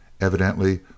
evidently